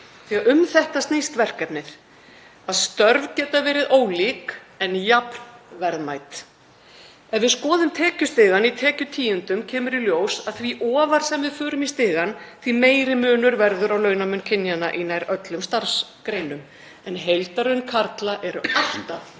að um þetta snýst verkefnið; að störf geti verið ólík en jafn verðmæt. Ef við skoðum tekjustigann í tekjutíundum kemur í ljós að því ofar sem við förum í stigann því meiri verður launamunur kynjanna í nær öllum starfsgreinum. En heildarlaun karla eru alltaf